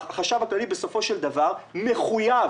החשב הכללי בסופו של דבר מחויב,